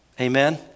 Amen